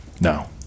No